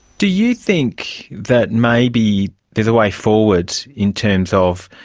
do you think that maybe there's a way forward in terms of